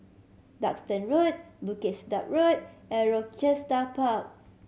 Duxton Road Bukit Sedap Road and Rochester Park